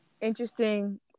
interesting